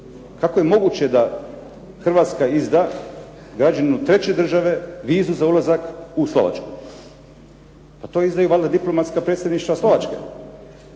Kako je moguće da Hrvatska izda građaninu treće države vizu za ulazak u Slovačku. Pa to izdaju valjda diplomatska predstavništva Slovačke,